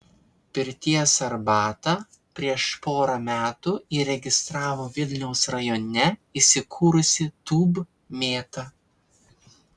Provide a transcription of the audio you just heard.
pirties arbatą prieš porą metų įregistravo vilniaus rajone įsikūrusi tūb mėta